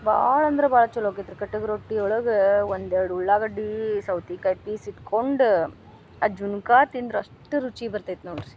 ಭಾಳ್ ಅಂದ್ರೆ ಭಾಳ್ ಛಲೋ ಆಕೈತ್ರಿ ಆ ಕಟ್ಟಗೆ ರೊಟ್ಟಿ ಒಳಗೆ ಒಂದೆರ್ಡು ಉಳ್ಳಾಗಡ್ಡಿ ಸೌತಿಕಾಯಿ ಪೀಸ್ ಇಟ್ಕೊಂಡು ಆ ಜುಣ್ಕಾ ತಿಂದ್ರೆ ಅಷ್ಟು ರುಚಿ ಬರ್ತೈತೆ ನೋಡ್ರಿ